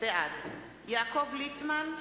בעד יעקב ליצמן,